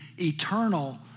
eternal